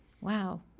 Wow